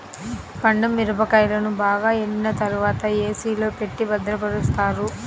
పండు మిరపకాయలను బాగా ఎండిన తర్వాత ఏ.సీ లో పెట్టి భద్రపరుస్తారు